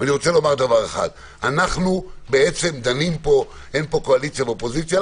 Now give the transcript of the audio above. אין פה קואליציה ואופוזיציה,